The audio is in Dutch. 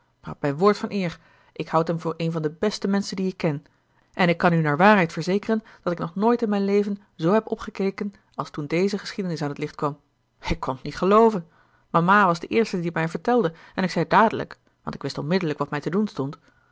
op mijn woord van eer ik houd hem voor een van de beste menschen die ik ken en ik kan u naar waarheid verzekeren dat ik nog nooit in mijn leven zoo heb opgekeken als toen deze geschiedenis aan t licht kwam ik kon t niet gelooven mama was de eerste die t mij vertelde en ik zei dadelijk want ik wist onmiddellijk wat mij te doen stond